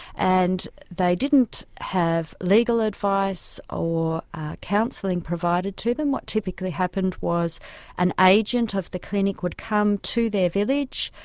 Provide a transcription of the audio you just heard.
and they didn't have legal advice or counselling provided to them. what typically happened was an agent of the clinic would come to their village,